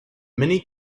many